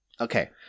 Okay